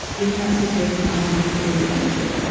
in that situation i would have been a teacher.